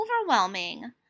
overwhelming